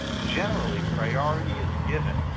generally, priority is given,